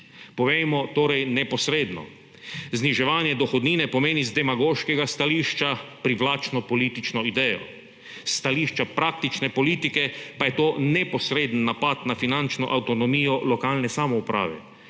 Povejmo torej neposredno: zniževanje dohodnine pomeni z demagoškega stališča privlačno politično idejo, s stališča praktične politike pa je to neposreden napad na finančno avtonomijo lokalne samouprave,